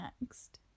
next